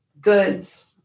goods